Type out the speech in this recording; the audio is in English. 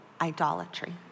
idolatry